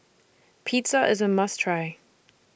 Pizza IS A must Try